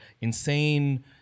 Insane